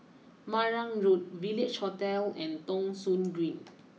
Marang Road Village Hotel and Thong Soon Green